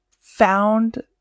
found